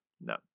No